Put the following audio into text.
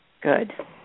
Good